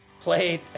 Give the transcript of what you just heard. played